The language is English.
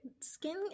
skin